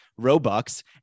Robux